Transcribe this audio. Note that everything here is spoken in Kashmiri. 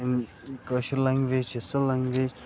کٲشِر لینگویج چھےٚ سۄ لینگویج